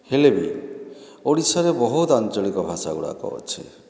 ହେଲେ ବି ଓଡ଼ିଶାରେ ବହୁତ ଆଞ୍ଚଳିକ ଭାଷାଗୁଡ଼ାକ ଅଛି